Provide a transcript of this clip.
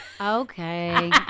Okay